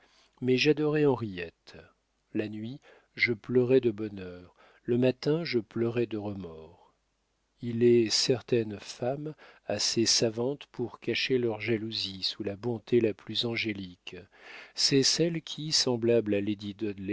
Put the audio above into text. mais j'adorais henriette la nuit je pleurais de bonheur le matin je pleurais de remords il est certaines femmes assez savantes pour cacher leur jalousie sous la bonté la plus angélique c'est celles qui semblables à